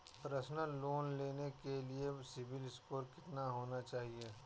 Personal loan लेने के लिए सिबिल स्कोर कितना होना चाहिए?